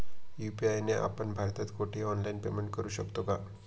UPI ने आपण भारतात कुठेही ऑनलाईन पेमेंट करु शकतो का?